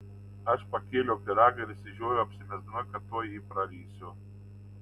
aš pakėliau pyragą ir išsižiojau apsimesdama kad tuoj jį prarysiu